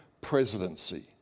Presidency